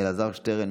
אלעזר שטרן,